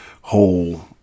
whole